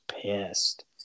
pissed